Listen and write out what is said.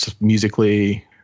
musically